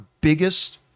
biggest